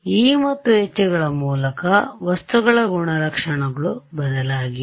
e ಮತ್ತು hಗಳ ಮೂಲಕ ವಸ್ತುಗಳ ಗುಣಲಕ್ಷಣಗಳು ಬದಲಾಗಿವೆ